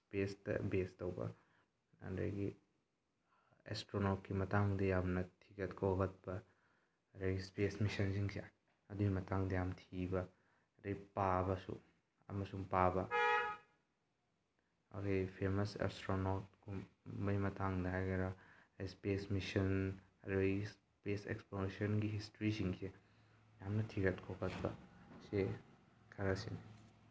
ꯏꯁꯄꯦꯁꯗ ꯕꯦꯁ ꯇꯧꯕ ꯑꯗꯒꯤ ꯑꯦꯁꯇ꯭ꯔꯣꯅꯣꯠꯀꯤ ꯃꯇꯥꯡꯗ ꯌꯥꯝꯅ ꯊꯤꯒꯠ ꯈꯣꯒꯠꯄ ꯑꯗꯩ ꯏꯁꯄꯦꯁ ꯃꯤꯁꯟꯁꯤꯡꯁꯦ ꯑꯗꯨꯒꯤ ꯃꯇꯥꯡꯗ ꯌꯥꯝ ꯊꯤꯕ ꯑꯗꯩ ꯄꯥꯕꯁꯨ ꯑꯃꯁꯨꯡ ꯄꯥꯕ ꯑꯗꯨꯗꯩ ꯐꯦꯃꯁ ꯑꯦꯁꯇ꯭ꯔꯣꯅꯣꯞꯀꯨꯝꯕꯒꯤ ꯃꯇꯥꯡꯗ ꯍꯥꯏꯒꯦꯔ ꯏꯁꯄꯦꯁ ꯃꯤꯁꯟ ꯑꯗꯨꯗꯩ ꯏꯁꯄꯦꯁ ꯑꯦꯛꯁꯄ꯭ꯂꯣꯔꯦꯁꯟꯒꯤ ꯍꯤꯁꯇ꯭ꯔꯤꯁꯤꯡꯁꯦ ꯌꯥꯝꯅ ꯊꯤꯒꯠ ꯈꯣꯒꯠꯄ ꯑꯁꯤ ꯈꯔꯁꯤꯅꯤ